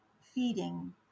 feeding